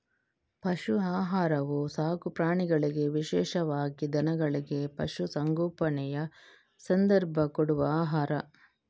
ಪಶು ಆಹಾರವು ಸಾಕು ಪ್ರಾಣಿಗಳಿಗೆ ವಿಶೇಷವಾಗಿ ದನಗಳಿಗೆ, ಪಶು ಸಂಗೋಪನೆಯ ಸಂದರ್ಭ ಕೊಡುವ ಆಹಾರ